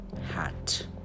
hat